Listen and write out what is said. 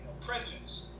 presidents